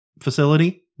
facility